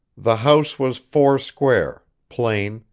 the house was four-square, plain,